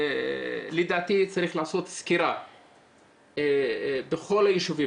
לדעתי צריך לעשות סקירה בכל היישובים